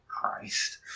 Christ